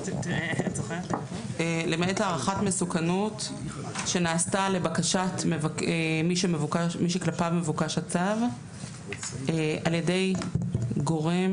לבקשת למעט הערכת מסוכנות שנעשתה לבקשת מי שכלפיו מבוקש הצו על ידי גורם